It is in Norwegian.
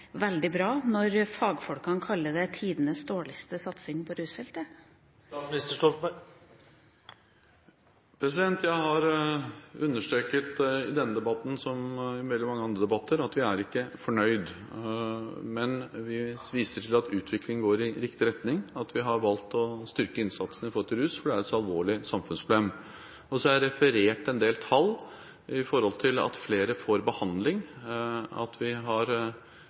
veldig bra, når fagfolkene kaller det tidenes dårligste satsing på rusfeltet? Jeg har understreket i denne debatten, som i veldig mange andre debatter, at vi ikke er fornøyd. Men vi viser til at utviklingen går i riktig retning, at vi har valgt å styrke innsatsen når det gjelder rus, fordi det er et så alvorlig samfunnsproblem. Så har jeg referert en del tall med hensyn til at flere får behandling, at vi f.eks. nesten har